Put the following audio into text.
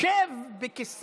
איברים